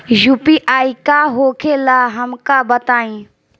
UPI का होखेला हमका बताई?